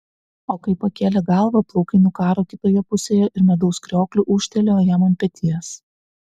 o kai pakėlė galvą plaukai nukaro kitoje pusėje ir medaus kriokliu ūžtelėjo jam ant peties